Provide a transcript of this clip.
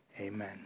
Amen